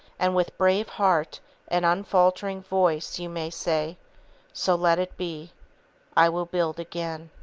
and with brave heart and unfaltering voice you may say so let it be i will build again.